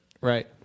Right